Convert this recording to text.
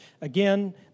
Again